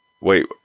Wait